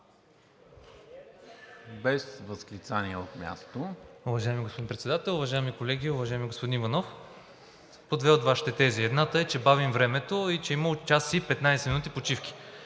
Без възклицания от място!